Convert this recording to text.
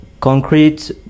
concrete